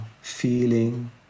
feeling